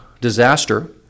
disaster